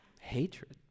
hatred